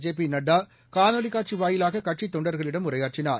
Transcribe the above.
JP Nadda காணொலி காட்சி வாயிலாக கட்சித் தொண்டர்களிடம் உரையாற்றினார்